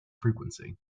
frequency